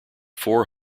four